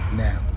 now